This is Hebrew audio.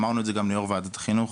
אמרנו את זה גם ליו"ר וועדת החינוך,